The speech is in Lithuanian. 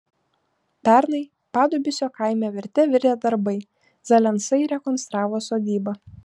pernai padubysio kaime virte virė darbai zalensai rekonstravo sodybą